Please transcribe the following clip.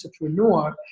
entrepreneur